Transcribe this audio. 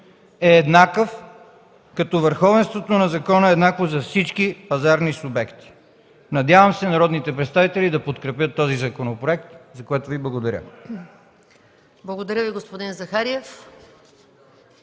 е еднакъв, като върховенството на закона е еднакво за всички пазарни субекти. Надявам се народните представители да подкрепят този законопроект, за което Ви благодаря. ПРЕДСЕДАТЕЛ МАЯ МАНОЛОВА: Благодаря Ви, господин Захариев.